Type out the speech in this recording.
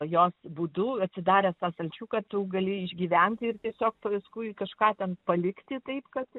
jos būdu atsidaręs tą stalčiuką tu gali išgyvent ir tiesiog paskui kažką ten palikti taip kad